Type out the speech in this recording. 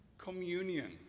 communion